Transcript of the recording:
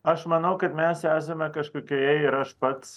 aš manau kad mes esame kažkokioje ir aš pats